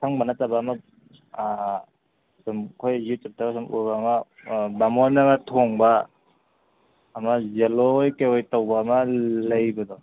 ꯑꯁꯪꯕ ꯅꯠꯇꯕ ꯑꯃ ꯑꯗꯨꯝ ꯑꯩꯈꯣꯏ ꯌꯨꯇꯨꯞꯇ ꯁꯨꯝ ꯎꯕ ꯑꯃ ꯕꯥꯃꯣꯟꯅꯒ ꯊꯣꯡꯕ ꯑꯃ ꯌꯦꯜꯂꯣ ꯑꯣꯏ ꯀꯩꯑꯣꯏ ꯇꯧꯕ ꯑꯃ ꯂꯩꯕꯗꯣ